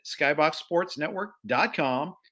skyboxsportsnetwork.com